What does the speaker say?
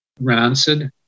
rancid